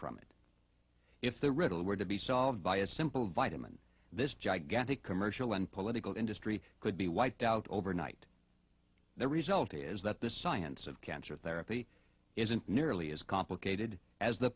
from it if the riddle were to be solved by a simple vitamin this gigantic commercial and political industry could be wiped out overnight the result is that the science of cancer therapy isn't nearly as complicated as the